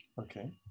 Okay